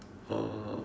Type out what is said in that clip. oh